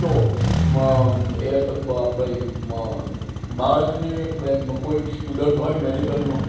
તો બાળકને કોઈ સ્ટુડન્ટ હોય મેડિકલનો